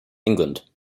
england